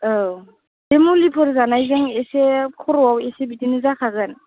औ बे मुलिफोर जानायजों एसे खर'आव एसे बिदिनो जाखागोन